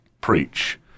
preach